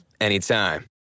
anytime